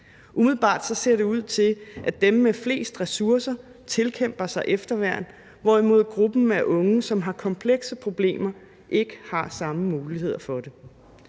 Umiddelbart ser det ud til, at dem med flest ressourcer tilkæmper sig efterværn, hvorimod gruppen af unge, som har komplekse problemer, ikke har samme muligheder for det.